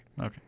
Okay